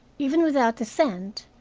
even without the scent,